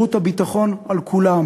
שירות ביטחון על כולם.